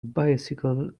bicycle